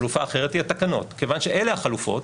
החלופה האחרת היא התקנות, כיוון שאלה החלופות,